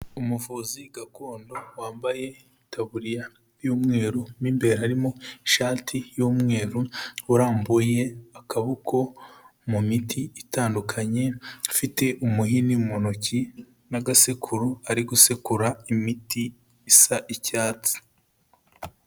Umuvuzi gakondo wambaye itaburiya y'umweru mo imbere harimo ishati y'umweru, urambuye akaboko mu miti itandukanye, afite umuhini mu ntoki n'agasekuru ari gusekura imiti isa icyatsi.